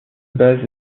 base